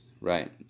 right